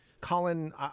colin